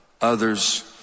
others